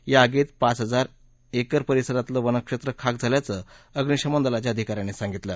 या आगीत पाच हजार एकर परिसरातलं वनक्षेत्र खाक झाल्याचं अग्निशमन दलाच्या अधिकाऱ्यांनी सांगितलं